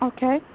Okay